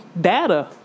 data